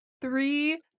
three